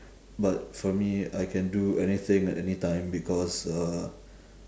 but for me I can do anything at anytime because uh